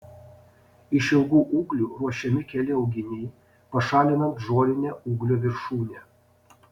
iš ilgų ūglių ruošiami keli auginiai pašalinant žolinę ūglio viršūnę